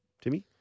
Timmy